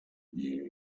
you